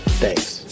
thanks